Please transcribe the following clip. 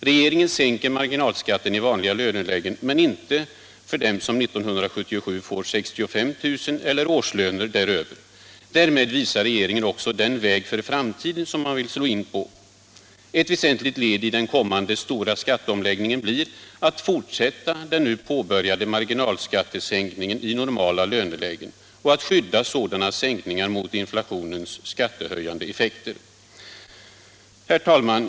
Regeringen sänker marginalskatten i vanliga lönelägen, men inte för dem som 1977 får årslöner på 65 000 kr. eller däröver. Därmed visar regeringen också den väg för framtiden som man vill slå in på. Ett väsentligt led i den kommande stora skatteomläggningen blir att fortsätta den nu påbörjade marginalskattesänkningen i normala lönelägen och att skydda sådana sänkningar mot inflationens skattehöjande effekter. Herr talman!